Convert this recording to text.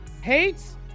hates